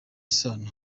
isano